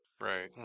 Right